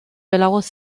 belarus